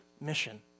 mission